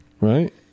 right